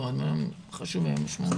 מאוד-מאוד חשובים ומשמעותיים.